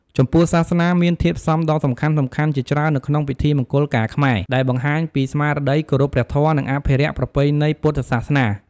ចំពោះសាសនា មានធាតុផ្សំដ៏សំខាន់ៗជាច្រើននៅក្នុងពិធីមង្គលការខ្មែរ ដែលបង្ហាញពីស្មារតីគោរពព្រះធម៌ និងអភិរក្សប្រពៃណីពុទ្ធសាសនា។